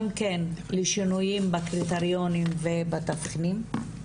גם כן, לשינויים בקריטריונים ובתבחינים?